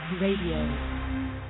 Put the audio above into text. Radio